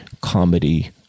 comedy